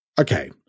Okay